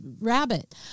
rabbit